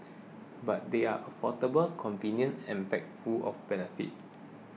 but they are affordable convenient and packed full of benefits